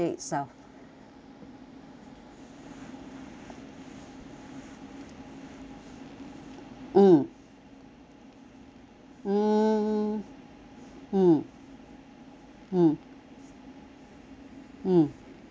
mm mm mm mm mm